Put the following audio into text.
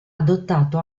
adottato